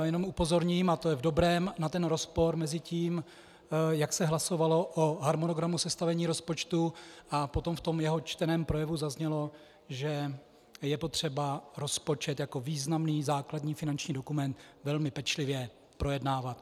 Jenom upozorním, a to je v dobrém, na ten rozpor mezi tím, jak se hlasovalo o harmonogramu sestavení rozpočtu, a potom v jeho čteném projevu zaznělo, že je potřeba rozpočet jako významný základní finanční dokument velmi pečlivě projednávat.